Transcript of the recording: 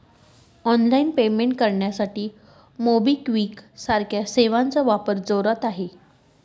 online payment करण्यासाठी MobiKwik सारख्या सेवांचा वापर जोरात आहे